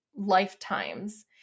Lifetimes